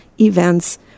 events